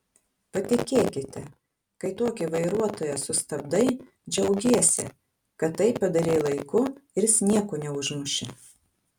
patikėkite kai tokį vairuotoją sustabdai džiaugiesi kad tai padarei laiku ir jis nieko neužmušė